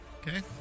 Okay